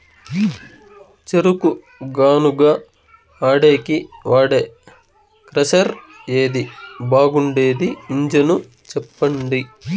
చెరుకు గానుగ ఆడేకి వాడే క్రషర్ ఏది బాగుండేది ఇంజను చెప్పండి?